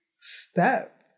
step